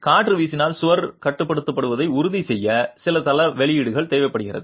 காற்று வீசினால் சுவர் கட்டப்படுவதை உறுதி செய்ய சில தள தலையீடுகள் தேவைப்படும்